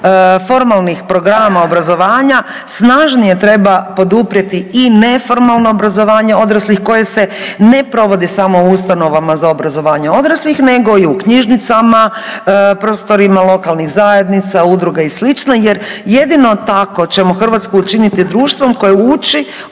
formalnih programa obrazovanja, snažnije treba poduprijeti i neformalno obrazovanje odraslih koje se ne provodi samo u ustanovama za obrazovanje odraslih nego i u knjižnicama, prostorijama lokalnih zajednica, udruga i sl. jer jedino tako ćemo Hrvatsku učiniti društvom koje uči